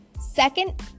second